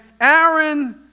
Aaron